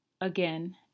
Again